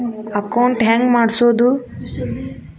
Account ಹೆಂಗ್ ಮಾಡ್ಸೋದು?